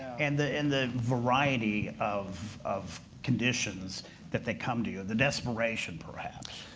and the and the variety of of conditions that they come to you. the desperation, perhaps.